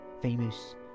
famous